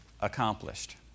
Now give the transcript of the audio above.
accomplished